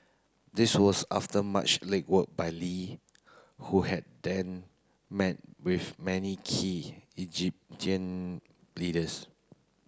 this was after much legwork by Lee who had then met with many key Egyptian leaders